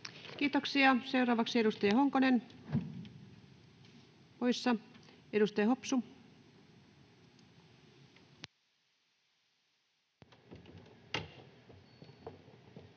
Kiitoksia. — Seuraavaksi edustaja Honkonen, poissa. — Edustaja Hopsu. [Speech